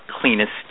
cleanest